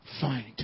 find